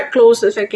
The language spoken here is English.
as close as I can